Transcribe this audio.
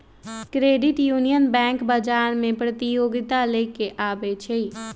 credit union bank बजार में प्रतिजोगिता लेके आबै छइ